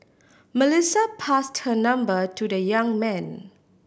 Melissa passed her number to the young man